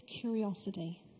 curiosity